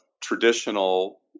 traditional